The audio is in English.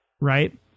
Right